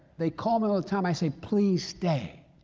they call me all the time, i say, please stay.